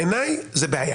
בעיניי זו בעיה.